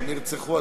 נרצחו.